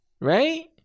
Right